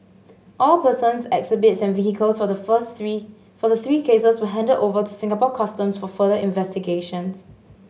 all persons exhibits and vehicles for the first three for the three cases were handed over to Singapore Custom for further investigations